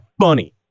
funny